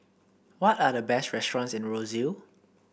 what are the best restaurants in Roseau